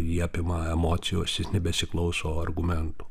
jį apima emocijos jis nebesiklauso argumentų